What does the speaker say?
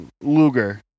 Luger